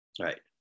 right